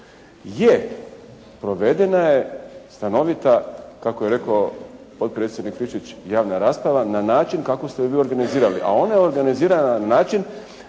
Je, provedena je stanovita kako je rekao potpredsjednik Friščić javna rasprava na način kako ste ju vi organizirali a ona je organizirana na način